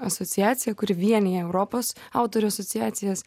asociacija kuri vienija europos autorių asociacijas